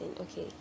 okay